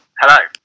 Hello